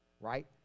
right